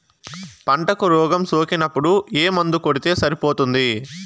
పంటకు రోగం సోకినపుడు ఏ మందు కొడితే సరిపోతుంది?